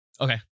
Okay